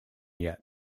yet